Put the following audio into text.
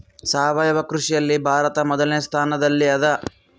ಸಾವಯವ ಕೃಷಿಯಲ್ಲಿ ಭಾರತ ಮೊದಲನೇ ಸ್ಥಾನದಲ್ಲಿ ಅದ